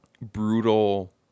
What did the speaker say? brutal